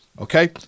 Okay